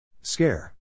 Scare